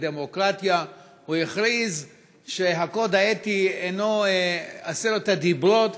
לדמוקרטיה הוא הכריז שהקוד האתי אינו עשרת הדיברות,